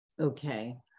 Okay